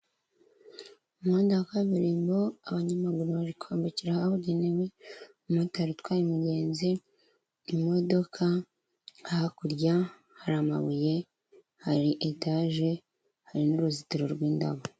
Umuhanda wa kaburimbo abanyamaguru bari kwambukira ahabugenewe, umumotari utwaye umugenzi, imodoka, hakurya hari amabuye, hari etage, hari n'uruzitiro rw'indabo.